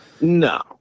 No